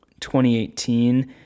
2018